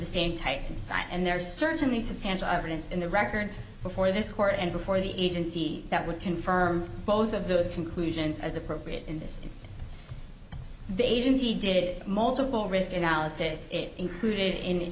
the same type of site and there certainly substantial evidence in the record before this court and before the agency that would confirm both of those conclusions as appropriate in this the agency did multiple risk analysis it included in